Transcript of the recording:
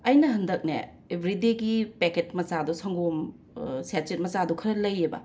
ꯑꯩꯅ ꯍꯟꯗꯛꯅꯦ ꯑꯦꯕ꯭ꯔꯤꯗꯦꯒꯤ ꯄꯦꯀꯦꯠ ꯃꯆꯥꯗꯣ ꯁꯪꯒꯣꯝ ꯁꯦꯆꯦꯠ ꯃꯆꯥꯗꯣ ꯈꯔ ꯂꯩꯑꯕ